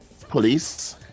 police